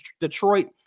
Detroit